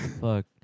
Fuck